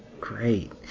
Great